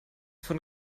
von